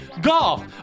golf